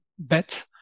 bet